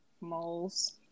moles